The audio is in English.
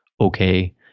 okay